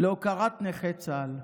להוקרת נכי צה"ל.